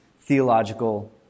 theological